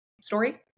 story